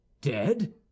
Dead